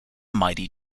mighty